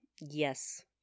yes